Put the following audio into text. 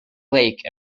lake